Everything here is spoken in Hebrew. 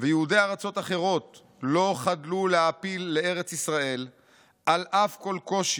ויהודי ארצות אחרות לא חדלו להעפיל לארץ ישראל על אף כל קושי,